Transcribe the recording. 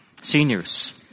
Seniors